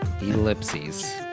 Ellipses